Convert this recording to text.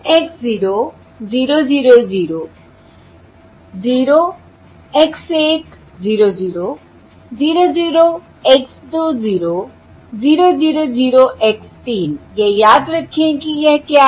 X 0 0 0 0 0 X 1 0 0 0 0 X 2 0 0 0 0 X 3 यह याद रखें कि यह क्या है